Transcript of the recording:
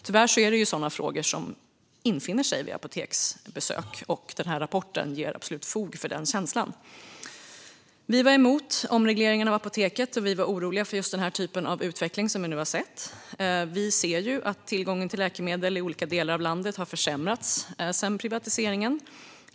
Tyvärr är det sådana frågor som infinner sig vid apoteksbesök, och denna rapport ger absolut fog för den känslan. Vi var emot omregleringen av apoteket, och vi var oroliga för just den typ av utveckling som vi nu har sett. Vi ser ju att tillgången till läkemedel i olika delar av landet har försämrats sedan privatiseringen.